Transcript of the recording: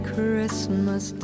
Christmas